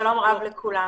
שלום לך.